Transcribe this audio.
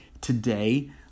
Today